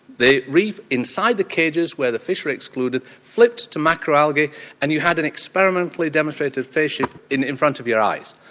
the reef inside the cages where the fish were excluded flipped to macroalgae and you had an experimentally demonstrated face shift in in front of your eyes.